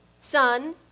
Sun